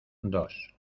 dos